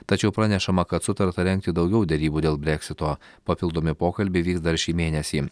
tačiau pranešama kad sutarta rengti daugiau derybų dėl breksito papildomi pokalbiai vyks dar šį mėnesį